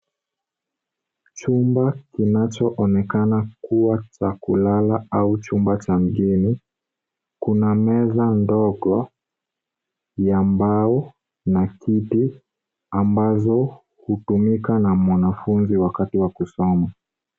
Chumba kinachoonekana kuwa chakula cha kulala au chumba cha mgeni. Kuna meza ndogo ya mbao na kitu ambazo hutumika na mwanafunzi wakati wa kusoma.